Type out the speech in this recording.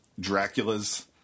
Draculas